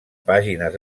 pàgines